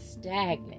stagnant